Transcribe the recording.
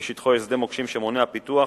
שבשטחו יש שדה מוקשים שמונע פיתוח,